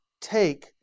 take